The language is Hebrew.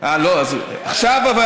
אבל עכשיו,